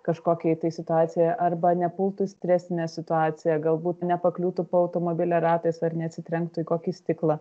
kažkokiai situacijai arba nepultų į stresinę situaciją galbūt nepakliūtų po automobilio ratais ar neatsitrenktų į kokį stiklą